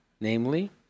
namely